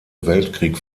weltkrieg